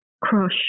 crush